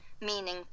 meaning